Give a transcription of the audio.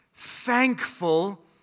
thankful